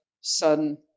son